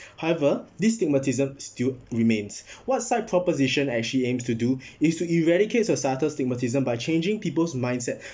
however this stigmatism still remains what side proposition actually aims to do is to eradicate societal stigmatism by changing people's mindset